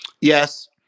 Yes